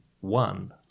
One